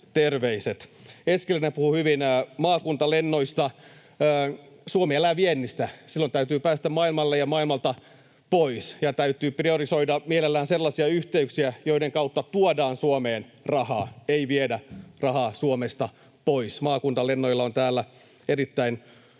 Eskelinen puhui hyvin maakuntalennoista. Suomi elää viennistä. Silloin täytyy päästä maailmalle ja maailmalta pois ja täytyy priorisoida mielellään sellaisia yhteyksiä, joiden kautta tuodaan Suomeen rahaa, ei viedä rahaa Suomesta pois. Maakuntalennoilla on täällä erittäin tärkeä